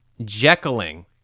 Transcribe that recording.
Jekylling